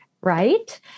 Right